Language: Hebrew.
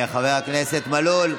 חבר הכנסת מלול,